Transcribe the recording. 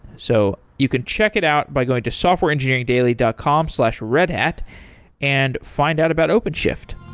so you could check it out by going to softwareengineeringdaily dot com slash redhat and find out about openshift